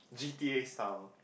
G_T_A style